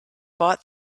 bought